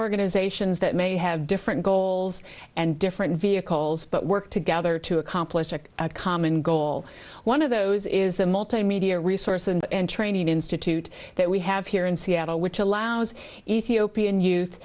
organizations that may have different goals and different vehicles but work together to accomplish a common goal one of those is the multimedia resource and training institute that we have here in seattle which allows ethiopian